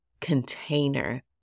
container